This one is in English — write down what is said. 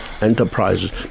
enterprises